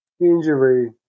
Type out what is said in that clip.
injury